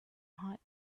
hot